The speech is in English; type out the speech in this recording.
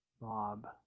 bob